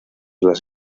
las